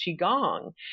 Qigong